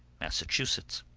massachusetts.